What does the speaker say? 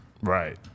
Right